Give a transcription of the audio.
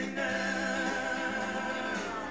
now